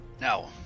now